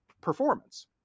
performance